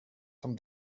som